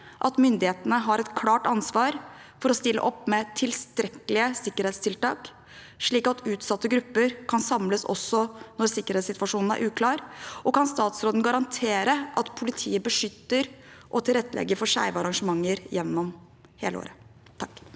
at myndighetene har et klart ansvar for å stille opp med tilstrekkelige sikkerhetstiltak, slik at utsatte grupper kan samles også når sikkerhetssituasjonen er uklar, og kan statsråden garantere at politiet beskytter og tilrettelegger for skeive arrangementer gjennom hele året?